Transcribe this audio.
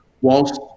whilst